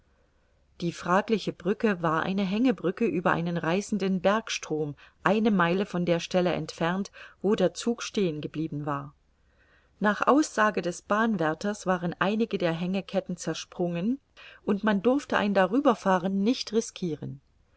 die fragliche brücke war eine hängebrücke über einen reißenden bergstrom eine meile von der stelle entfernt wo der zug stehen geblieben war nach aussage des bahnwärters waren einige der hängeketten zersprungen und man durfte ein darüberfahren nicht riskiren